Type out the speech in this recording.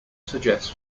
suggest